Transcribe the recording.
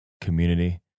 community